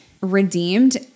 redeemed